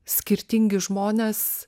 skirtingi žmonės